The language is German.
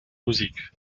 musik